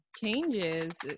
changes